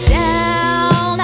down